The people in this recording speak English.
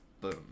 Boom